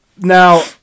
Now